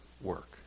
work